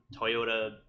Toyota